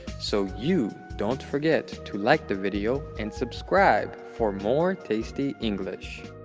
so, you don't forget to like the video and subscribe for more tasty english